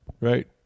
Right